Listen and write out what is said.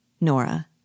Nora